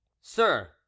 sir